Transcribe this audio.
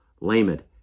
Lamed